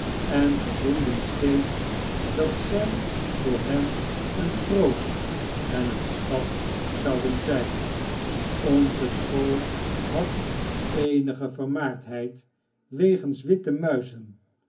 en gevoelden steeds dat zij voor hen een troost en een schat zouden zijn onze school had eenige vermaardbeid wegens witte muizen